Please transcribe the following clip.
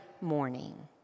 morning